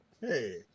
Hey